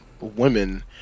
women